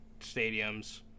stadiums